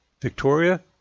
Victoria